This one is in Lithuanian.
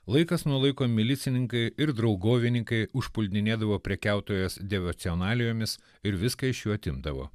laikas nuo laiko milicininkai ir draugovininkai užpuldinėdavo prekiautojas dievocionalijomis ir viską iš jų atimdavo